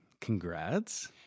Congrats